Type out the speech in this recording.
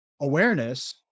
awareness